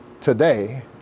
today